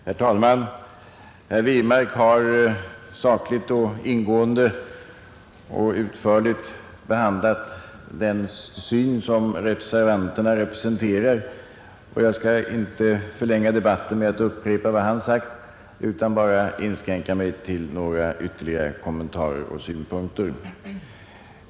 Herr talman! Herr Wirmark har sakligt, ingående och utförligt behandlat den syn som reservanterna representerar, och jag skall inte förlänga debatten med att upprepa vad han sagt utan vill inskränka mig till bara några kommentarer och synpunkter.